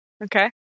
Okay